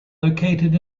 located